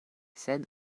sed